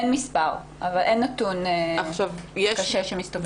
אין נתון קשה לזה.